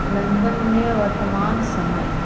London में वर्तमान समय